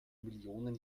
millionen